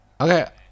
Okay